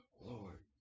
Lord